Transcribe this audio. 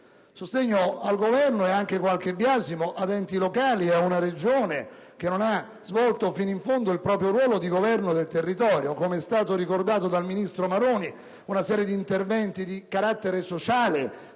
sostegno al Governo, ma anche qualche biasimo ad enti locali e ad una Regione che non hanno svolto fino in fondo il ruolo di governo del territorio. Come è stato ricordato dal ministro Maroni, una serie di interventi di carattere sociale